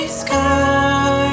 sky